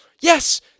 Yes